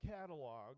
catalog